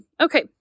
Okay